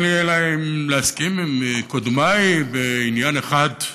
אין לי אלא להסכים עם קודמיי בעניין אחד,